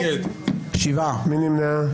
מי נמנע?